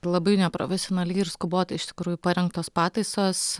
labai neprofesionaliai ir skubotai iš tikrųjų parengtos pataisos